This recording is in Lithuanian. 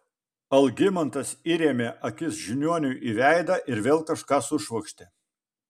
algimantas įrėmė akis žiniuoniui į veidą ir vėl kažką sušvokštė